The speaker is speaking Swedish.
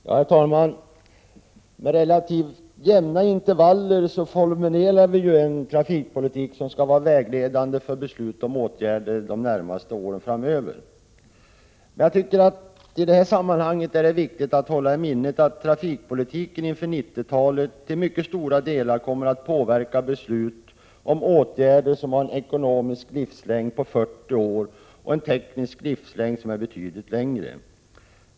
Herr talman! Med relativt jämna intervaller formuleras en trafikpolitik som skall vara vägledande för beslut om åtgärder de närmaste åren framöver. I det sammanhanget är det viktigt att hålla i minnet att trafikpolitiken inför 90-talet till mycket stora delar kommer att påverka beslut om åtgärder som har en ekonomisk livslängd på 40 år och en teknisk livslängd som är betydligt längre.